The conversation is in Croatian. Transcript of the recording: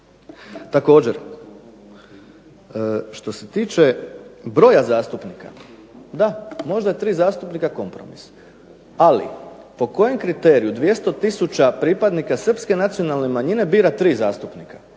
Također, što se tiče broja zastupnika, da – možda je 3 zastupnika kompromis, ali po kojem kriteriju 200 tisuća pripadnika srpske nacionalne manjine bira 3 zastupnika?